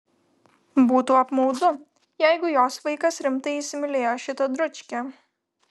būtų apmaudu jeigu jos vaikas rimtai įsimylėjo šitą dručkę